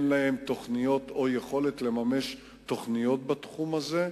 תוכניות או יכולת לממש תוכניות בתחום הזה,